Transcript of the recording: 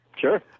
Sure